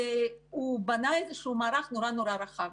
יבנה מערך מאוד רחב.